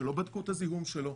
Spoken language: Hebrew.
שלא בדקו את הזיהום שלו,